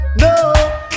No